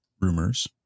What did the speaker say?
rumors